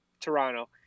Toronto